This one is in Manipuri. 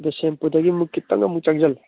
ꯕꯤꯁꯦꯝꯄꯨꯔꯗꯒꯤ ꯑꯃꯨꯛ ꯈꯤꯇꯪ ꯑꯃꯨꯛ ꯆꯪꯁꯤꯜꯂꯦ